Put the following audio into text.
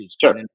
Sure